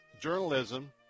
journalism